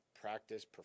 practice